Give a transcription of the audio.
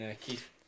Keith